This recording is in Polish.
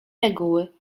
reguły